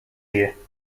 you